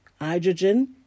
hydrogen